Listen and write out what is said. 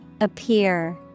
Appear